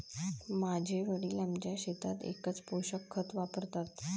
माझे वडील आमच्या शेतात एकच पोषक खत वापरतात